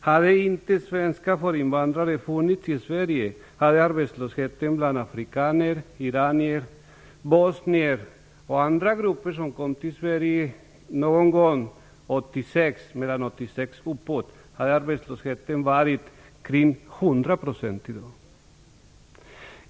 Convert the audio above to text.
Hade inte undervisning i Svenska för invandrare funnits i Sverige, hade arbetslösheten bland afrikaner, iranier, bosnier och andra grupper som kom till Sverige någon gång efter 1986 i dag varit närmare 100 %.